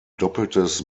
doppeltes